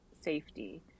safety